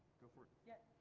go for it. yeah,